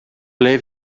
ble